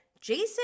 Jason